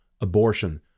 abortion